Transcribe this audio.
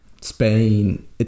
spain